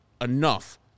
enough